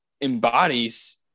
embodies